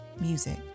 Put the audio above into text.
music